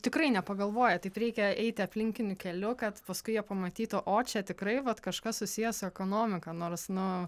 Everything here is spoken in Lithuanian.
tikrai nepagalvoja taip reikia eiti aplinkiniu keliu kad paskui jie pamatytų o čia tikrai vat kažkas susiję su ekonomika nors nu